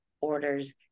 orders